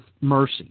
mercy